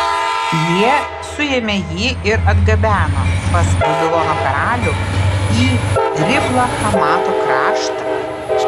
jie suėmė jį ir atgabeno pas babilono karalių į riblą hamato kraštą